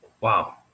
Wow